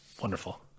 Wonderful